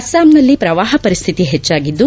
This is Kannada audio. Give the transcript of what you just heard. ಅಸ್ಲಾಂನಲ್ಲಿ ಪ್ರವಾಹ ಪರಿಸ್ಟಿತಿ ಹೆಚ್ಚಾಗಿದ್ದು